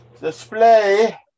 Display